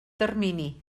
termini